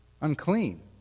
unclean